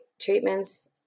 treatments